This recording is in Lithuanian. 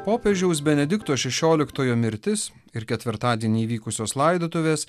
popiežiaus benedikto šešioliktojo mirtis ir ketvirtadienį įvykusios laidotuvės